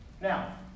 Now